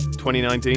2019